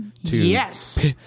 Yes